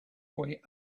way